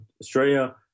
Australia